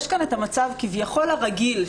יש כאן את המצב כביכול הרגיל,